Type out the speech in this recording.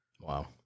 Wow